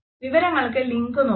വിവരങ്ങൾക്ക് ലിങ്ക് നോക്കാം